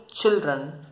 children